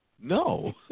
No